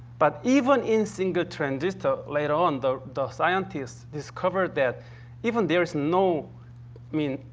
but even in single transistor, later on, the scientists discovered that even there is no, i mean,